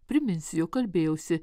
priminsiu jog kalbėjausi